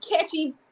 catchy